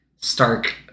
stark